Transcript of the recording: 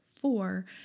four